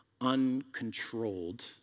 uncontrolled